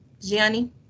Gianni